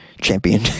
Champion